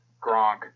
Gronk